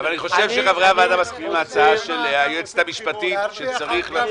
אני חושב שחברי הוועדה מסכימים עם ההצעה של היועצת המשפטית לוועדה,